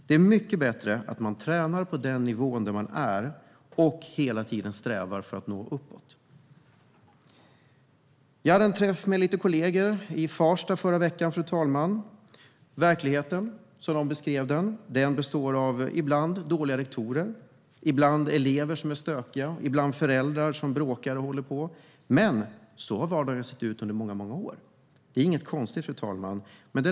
Det är mycket bättre att man tränar på den nivå man är och hela tiden strävar efter att nå uppåt. Fru talman! Jag hade en träff med några kollegor i Farsta i förra veckan. Verkligheten som de beskrev den består av ibland dåliga rektorer, ibland elever som är stökiga och ibland föräldrar som bråkar. Men så har vardagen sett ut under många år; det är inget konstigt.